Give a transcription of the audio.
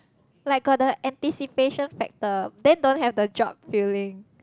like got the anticipation factor then don't have the jog feeling